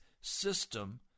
system